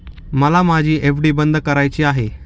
मला माझी एफ.डी बंद करायची आहे